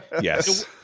Yes